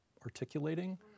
articulating